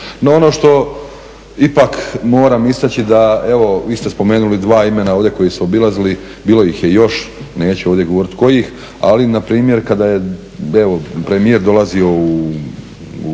ono što ipak moram istaći da evo, vi ste spomenuli dva imena ovdje koja su obilazili, bilo ih je još, neću ovdje govoriti kojih, ali npr. kada je evo, premijer dolazio u